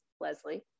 Leslie